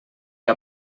que